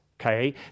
Okay